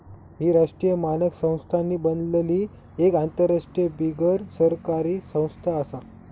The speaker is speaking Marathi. ही राष्ट्रीय मानक संस्थांनी बनलली एक आंतरराष्ट्रीय बिगरसरकारी संस्था आसा